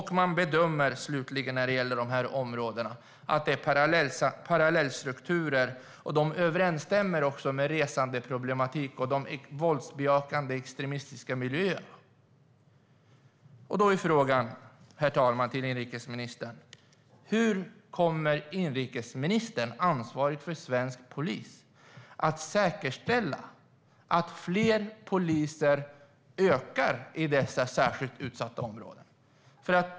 Man bedömer slutligen när det gäller de här områdena att det finns parallellstrukturer, och det överensstämmer också med resandeproblematiken och att det handlar om våldsbejakande extremistiska miljöer. Då är frågan till inrikesministern, herr talman: Hur kommer inrikesministern, ansvarig för svensk polis, att säkerställa att antalet poliser ökar i dessa särskilt utsatta områden?